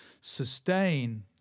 sustain